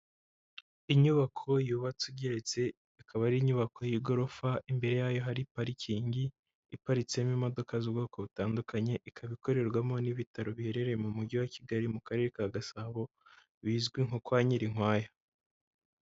Inyubako yubatse igeretse, ikaba ari inyubako y'igorofa imbere yayo hari parikingi iparitsemo imodoka z'ubwoko butandukanye, ikaba ikorerwamo n'ibitaro biherereye mu mujyi wa Kigali, mu karere ka Gasabo bizwi nko kwa Nyirinkwaya.